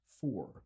four